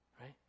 Right